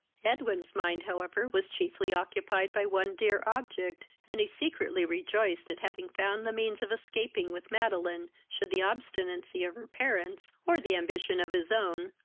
edwin's mind, however, was chiefly occupied by one dear object, and he secretly rejoiced at having found the means of escaping with madeline, should the obstinacy of her parents, or the ambition of his own,